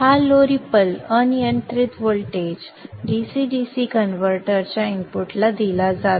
हा low ripple अनियंत्रित voltage DC DC converter च्या इनपुटला दिला जातो